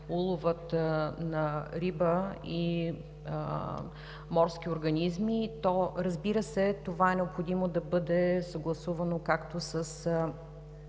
улова на риба и морски организми, то, разбира се, това е необходимо да бъде съгласувано както с